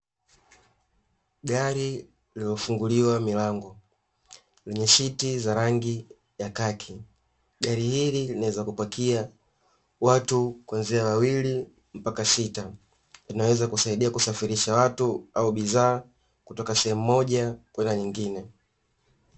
Gari lililofunguliwa milango, lenye siti za rangi ya kaki. Gari hili linaweza kupakia watu kuanzia wawili mpaka sita, linaweza kusaidia kusafirisha watu au bidhaa kutoka sehemu moja kwenda nyingine.